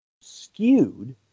skewed